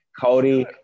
cody